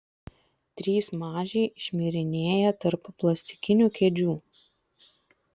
trys mažiai šmirinėja tarp plastikinių kėdžių